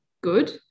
good